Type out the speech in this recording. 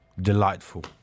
delightful